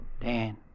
Dan